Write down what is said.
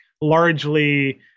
largely